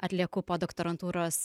atlieku podoktorantūros